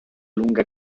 lunga